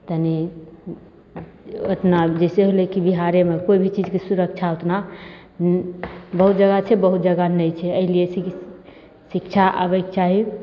तनी ओतना जैसे होलै कि बिहारेमे कोइ भी चीजके सुरक्षा ओतना बहुत जगह छै बहुत जगह नहि छै एहि लिए शिक शिक्षा अबैके चाही